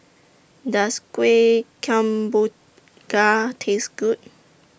Does Kuih Kemboja Taste Good